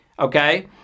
Okay